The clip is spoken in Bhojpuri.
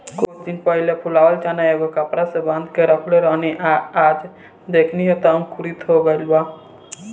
कुछ दिन पहिले फुलावल चना एगो कपड़ा में बांध के रखले रहनी आ आज देखनी त अंकुरित हो गइल बा